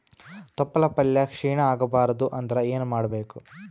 ತೊಪ್ಲಪಲ್ಯ ಕ್ಷೀಣ ಆಗಬಾರದು ಅಂದ್ರ ಏನ ಮಾಡಬೇಕು?